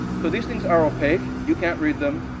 so these things are opaque. you can't read them.